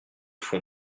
fond